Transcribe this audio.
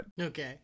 Okay